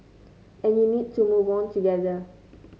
and you need to move together